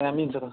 दामी हुन्छ त